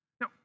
Now